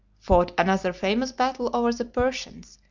fought another famous battle over the persians,